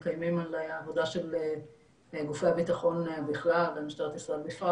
מקיימים על העבודה של גופי הביטחון בכלל ומשטרת ישראל בפרט,